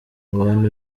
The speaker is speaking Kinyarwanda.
abantu